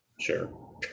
Sure